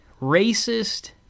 racist